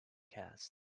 cast